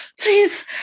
please